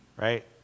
Right